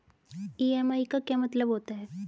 EMI का क्या मतलब होता है?